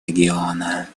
региона